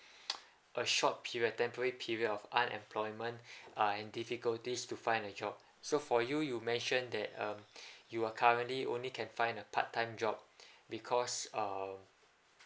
a short period temporary period of unemployment ah and difficulties to find a job so for you you mentioned that um you are currently only can find a part time job because err